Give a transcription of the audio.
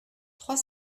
trois